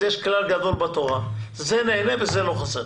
אז יש כלל גדול בתורה: זה נהנה וזה לא חסר.